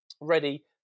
ready